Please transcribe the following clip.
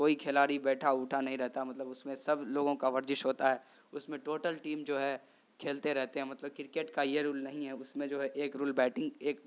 کوئی کھلاڑی بیٹھا اوٹھا نہیں رہتا مطلب اس میں سب لوگوں کا ورزش ہوتا ہے اس میں ٹوٹل ٹیم جو ہے کھیلتے رہتے ہیں مطلب کرکٹ کا یہ رول نہیں ہے اس میں جو ہے ایک رول بیٹنگ ایک